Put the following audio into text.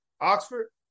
Oxford